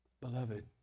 Beloved